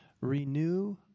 Renew